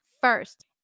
first